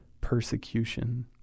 persecution